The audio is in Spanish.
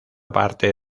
parte